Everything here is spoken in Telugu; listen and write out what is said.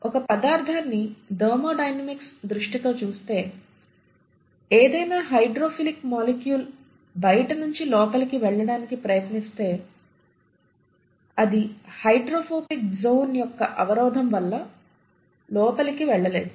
ఒక పదార్ధాన్ని థెర్మోడైనమిక్స్ దృష్టి తో చూస్తే ఏదైనా హైడ్రోఫిలిక్ మాలిక్యూల్ బయట నుంచి లోపలికి వెళ్ళడానికి ప్రయత్నిస్తే అది హైడ్రోఫోబిక్ జోన్ యొక్క అవరోధం వల్ల లోపలి వెళ్ళలేదు